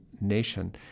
nation